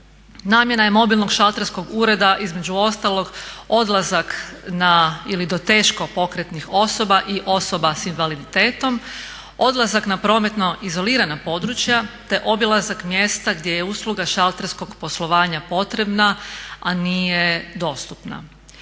Namjena je mobilnog šalterskog ureda između ostalog odlazak na ili do teškog pokretnih osoba i osoba s invaliditetom, odlazak na prometno izolirana područja te obilazak mjesta gdje je usluga šalterskog poslovanja potrebna, a nije dostupna.